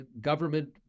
government